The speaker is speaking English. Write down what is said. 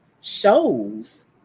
shows